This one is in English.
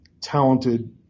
talented